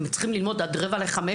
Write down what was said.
הם צריכים ללמוד עד 16:45,